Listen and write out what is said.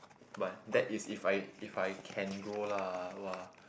but that is if I if I can grow lah !wah!